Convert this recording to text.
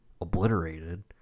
obliterated